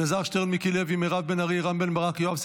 אלעזר שטרן, מיקי לוי, מירב בן ארי, רם בן ברק,